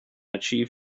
achieve